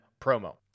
promo